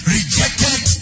Rejected